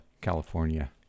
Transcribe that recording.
California